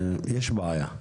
יש בעיה.